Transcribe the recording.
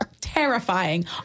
terrifying